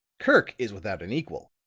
kirk is without an equal.